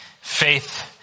Faith